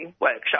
workshop